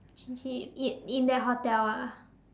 G_G in in that hotel ah